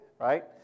right